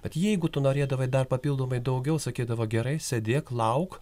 bet jeigu tu norėdavai dar papildomai daugiau sakydavo gerai sėdėk lauk